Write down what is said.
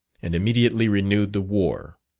and immediately renewed the war.